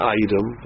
item